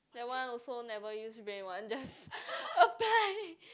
that one also never use brain one just apply